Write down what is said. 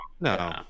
No